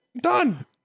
Done